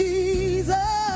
Jesus